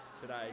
today